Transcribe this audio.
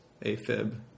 AFib